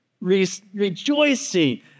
rejoicing